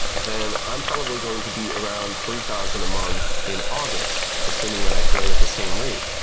then i'm probably going to be around three thousand a month in august, assuming that i grow at the same rate.